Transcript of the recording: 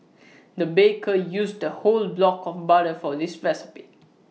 the baker used the whole block of butter for this recipe